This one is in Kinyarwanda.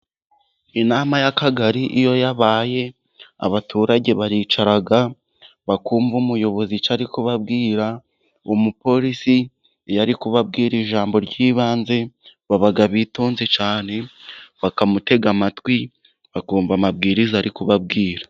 Inama y'akagari iyo yabaye abaturage baricara bakumva umuyobozi ari kubabwira, umupolisi iyo ari kubabwira ijambo ry'ibanze baba bitonze cyane, bakamutega amatwi bakumva amabwiriza ari kubabwira.